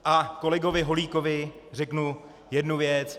A kolegovi Holíkovi řeknu jednu věc.